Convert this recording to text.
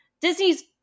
Disney's